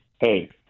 hey –